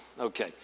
okay